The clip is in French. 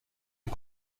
une